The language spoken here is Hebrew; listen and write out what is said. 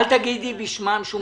אל תגידי בשמם שום דבר.